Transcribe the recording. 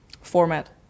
format